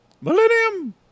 Millennium